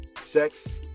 sex